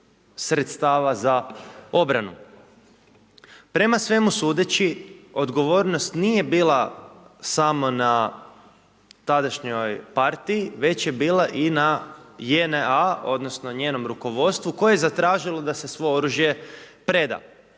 sredstava za obranu. Prema svemu sudeći odgovornost nije bila samo na tadašnjoj partiji, već je bila i na JNA odnosno njenom rukovodstvu koje je zatražilo da se svo oružje preda.